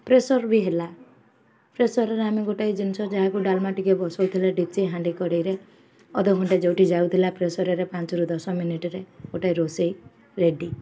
ପ୍ରେସର୍ବି ହେଲା ପ୍ରେସର୍ରେ ଆମେ ଗୋଟେ ଜିନିଷ ଯାହାକୁ ଡାଲମା ଟିକେ ବସଉଥିଲେ ଡେକ୍ଚି ହାଣ୍ଡି କଢ଼େଇରେ ଅଧଘଣ୍ଟେ ଯେଉଁଠି ଯାଉଥିଲା ପ୍ରେସର୍ରେ ପାଞ୍ଚରୁ ଦଶ ମିନିଟ୍ରେ ଗୋଟେ ରୋଷେଇ ରେଡ଼ି